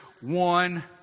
one